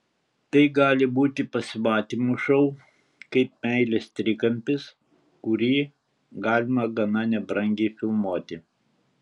tai gali būti pasimatymų šou kaip meilės trikampis kurį galima gana nebrangiai filmuoti